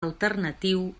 alternatiu